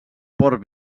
port